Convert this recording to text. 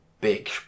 big